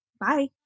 Bye